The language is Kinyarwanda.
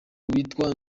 witwa